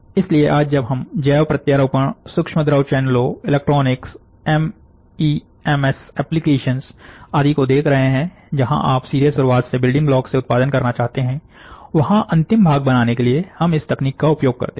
इसलिएआज जब हम जैव प्रत्यारोपण सूक्ष्म द्रव चैनलों इलेक्ट्रॉनिक्स एमईएमएस एप्लिकेशन आदि को देख रहे हैं जहां आप सीधे शुरुआत सेबिल्डिंग ब्लॉक से उत्पादन करना चाहते हैं वहां अंतिम भाग बनाने के लिए हम इस तकनीक का उपयोग करते हैं